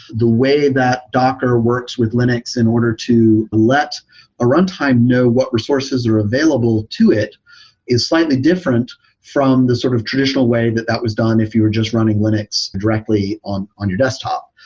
the way that docker works with linux in order to let a runtime know what resources are available to it is slightly different from the sort of traditional way that that was done if you were just running linux directly on on your desktop.